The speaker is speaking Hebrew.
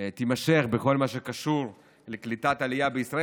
תימשך בכל מה שקשור לקליטת עלייה בישראל.